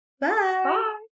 Bye